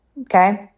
Okay